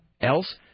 else